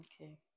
Okay